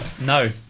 No